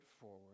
forward